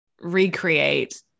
recreate